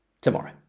tomorrow